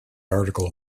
article